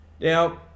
now